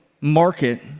market